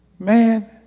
Man